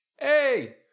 hey